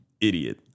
idiot